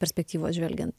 perspektyvos žvelgiant